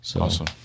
Awesome